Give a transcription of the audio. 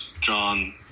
John